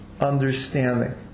understanding